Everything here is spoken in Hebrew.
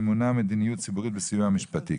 ממונה מדיניות ציבורית בסיוע המשפטי.